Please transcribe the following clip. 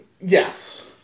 Yes